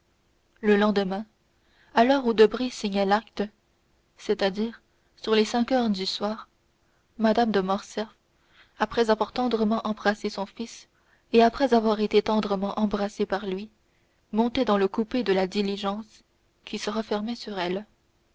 le lendemain à l'heure où debray signait l'acte c'est-à-dire sur les cinq heures du soir mme de morcerf après avoir tendrement embrassé son fils et après avoir été tendrement embrassée par lui montait dans le coupé de la diligence qui se refermait sur elle